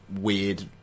weird